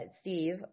Steve